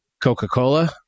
Coca-Cola